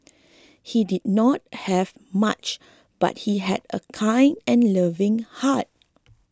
he did not have much but he had a kind and loving heart